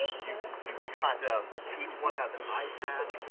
you've, you've got um each one has an ipad.